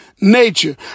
nature